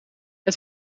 het